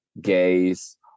gays